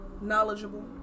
knowledgeable